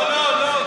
לא, לא,